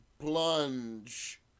plunge